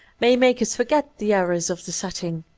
may make us forget the errors of the setting.